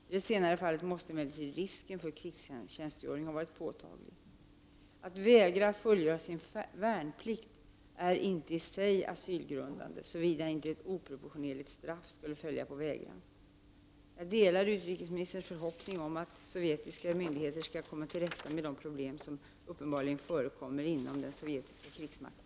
I det senare fallet måste emellertid risken för krigstjänstgöring ha varit påtaglig . Att vägra fullgöra sin värnplikt är inte i sig asylgrundande, såvida inte ett oproportionerligt straff skulle följa på vägran. Jag delar utrikesministerns förhoppning om att sovjetiska myndigheter skall komma till rätta med de problem som uppenbarligen förekommer inom den sovjetiska krigsmakten.